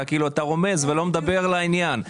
אתה כאילו רומז ולא מדבר לעניין.